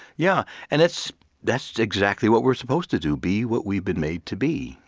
yeah, and that's that's exactly what we're supposed to do be what we've been made to be.